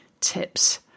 tips